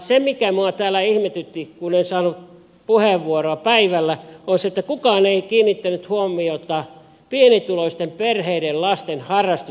se mikä minua täällä ihmetytti kun en saanut puheenvuoroa päivällä on se että kukaan ei kiinnittänyt huomiota pienituloisten perheiden lasten harrastusten kalleuteen